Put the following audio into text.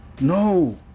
no